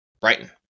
Brighton